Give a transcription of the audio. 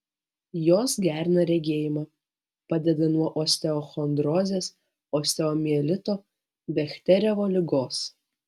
jos gerina regėjimą padeda nuo osteochondrozės osteomielito bechterevo ligos